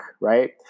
right